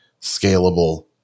scalable